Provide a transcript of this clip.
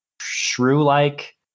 shrew-like